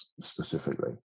specifically